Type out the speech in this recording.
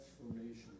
transformation